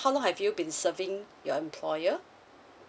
how long have you been serving your employer